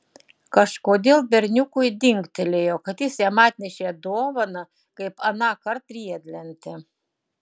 kažkodėl berniukui dingtelėjo kad jis jam atnešė dovaną kaip anąkart riedlentę